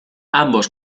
ambos